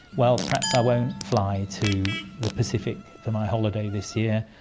well, perhaps i won't fly to the pacific for my holiday this year,